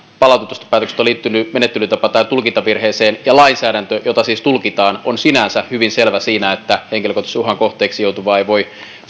palautetuista päätöksistä on liittynyt menettelytapa tai tulkintavirheeseen ja lainsäädäntö jota tulkitaan on sinänsä hyvin selvä siinä että henkilökohtaisen uhan kohteeksi joutuvaa ei voi